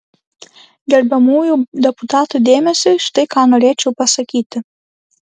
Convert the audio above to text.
gerbiamųjų deputatų dėmesiui štai ką norėčiau pasakyti